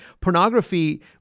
pornography